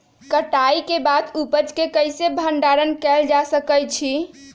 कटाई के बाद उपज के कईसे भंडारण कएल जा सकई छी?